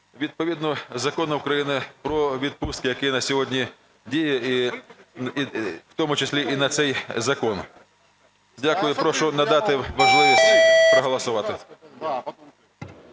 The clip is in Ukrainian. відповідно до Закону України "Про відпустки". Який на сьогодні діє, в тому числі і на цей закон. Дякую. Прошу надати можливість проголосувати.